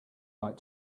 like